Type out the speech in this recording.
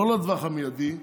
לא לטווח המיידי,